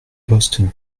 boston